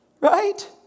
right